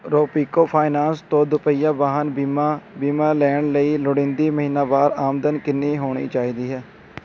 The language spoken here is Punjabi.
ਰੋਪੀਕੋ ਫਾਈਨੈਂਸ ਤੋਂ ਦੋਪਹੀਆ ਵਾਹਨ ਬੀਮਾ ਬੀਮਾ ਲੈਣ ਲਈ ਲੋੜੀਂਦੀ ਮਹੀਨਾਵਾਰ ਆਮਦਨ ਕਿੰਨੀ ਹੋਣੀ ਚਾਹੀਦੀ ਹੈ